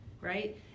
right